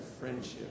friendship